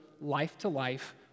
life-to-life